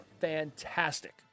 fantastic